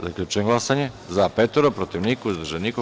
Zaključujem glasanje: za – pet, protiv – niko, uzdržanih – nema.